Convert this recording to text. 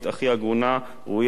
הכי הגונה, ראויה.